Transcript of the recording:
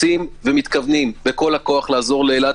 רוצים ומתכוונים בכל הכוח לעזור לאילת.